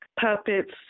puppets